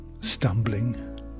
stumbling